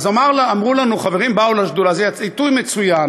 אז אמרו לנו, חברים באו לשדולה: זה עיתוי מצוין